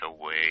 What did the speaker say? away